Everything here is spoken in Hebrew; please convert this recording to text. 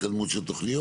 התקדמות של תוכניות.